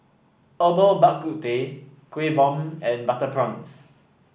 Herbal Bak Ku Teh Kuih Bom and Butter Prawns